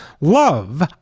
love